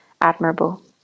admirable